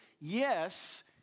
Yes